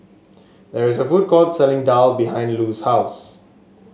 there is a food court selling daal behind Lou's house